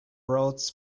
roads